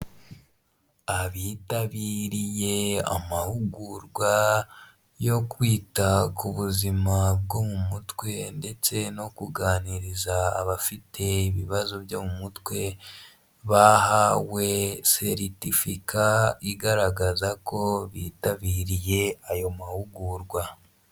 Abitabiriye amahugurwa yo kwita ku buzima bwo mu mutwe ndetse no kuganiriza abafite ibibazo byo mu mutwe bahawe seritifika igaragaza ko bitabiriye ayo mahugurwa.